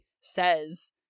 says